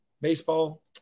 baseball